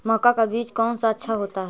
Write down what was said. मक्का का बीज कौन सा अच्छा होता है?